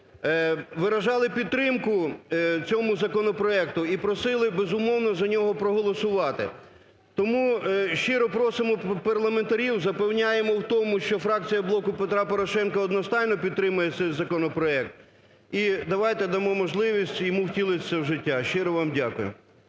Виражали підтримку цьому законопроекту і просили, безумовно, за нього проголосувати. Тому щиро просимо парламентарів, запевняємо у тому, що фракція "Блоку Петра Порошенка" одностайно підтримає цей законопроект, і давайте дамо можливість втілитися йому в життя. Щиро вам дякую.